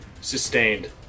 Sustained